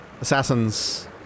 assassins